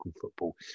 football